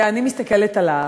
ואני מסתכלת עליו,